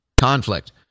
conflict